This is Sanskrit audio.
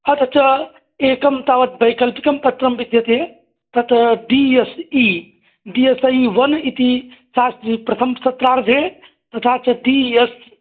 अथ च एकं तावत् वैक्लपिकं पत्रं विद्यते तत्र D S E D S A one इति शास्त्रि प्रथमसत्रार्धे तथा च डी एस्